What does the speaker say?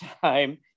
time